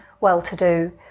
well-to-do